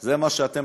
זה מה שטענתם,